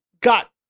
got